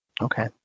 Okay